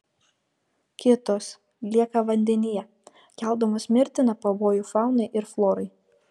kitos lieka vandenyje keldamos mirtiną pavojų faunai ir florai